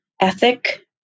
ethic